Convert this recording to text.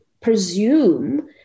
presume